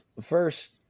First